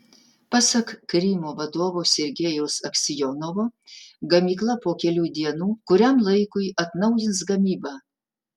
pasak krymo vadovo sergejaus aksionovo gamykla po kelių dienų kuriam laikui atnaujins gamybą